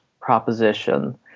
proposition